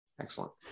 Excellent